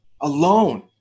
alone